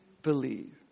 believe